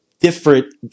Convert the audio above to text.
different